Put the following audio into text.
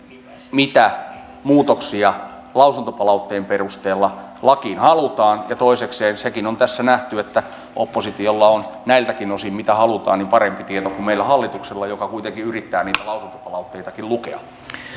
mitä muutoksia lausuntopalautteen perusteella lakiin halutaan ja toisekseen sekin on tässä nähty että oppositiolla on näiltäkin osin että mitä halutaan parempi tieto kuin meillä hallituksella joka kuitenkin yrittää niitä lausuntopalautteitakin lukea